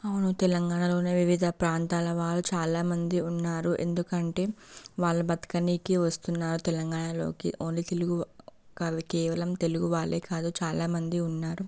అవును తెలంగాణలోనే వివిధ ప్రాంతాల వాళ్ళు చాలా మంది ఉన్నారు ఎందుకంటే వాళ్ళు బతకడానికి వస్తున్నారు తెలంగాణలోకి ఓన్లీ తెలుగు కానీ కేవలం తెలుగు వాళ్ళే కాదు చాలామంది ఉన్నారు